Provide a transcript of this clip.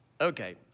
Okay